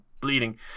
bleeding